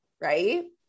right